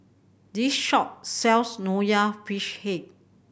this shop sells Nonya Fish Head